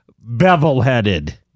bevel-headed